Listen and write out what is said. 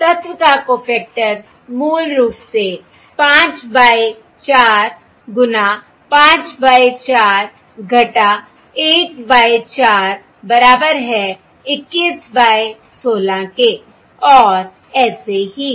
इस तत्व का कॊफैक्टर मूल रूप से 5 बाय 4 गुणा 5 बाय 4 1 बाय 4 बराबर है 21 बाय 16 के और ऐसे ही